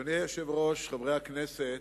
אדוני היושב-ראש, חברי הכנסת,